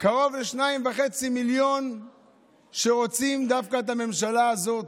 קרוב לשניים וחצי מיליון שרוצים דווקא את הממשלה הזאת.